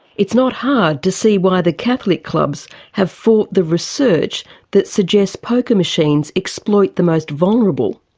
it's not hard to see why the catholic clubs have fought the research that suggests poker machines exploit the most vulnerable,